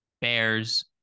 Bears